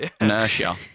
Inertia